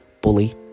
bully